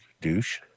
douche